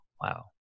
wow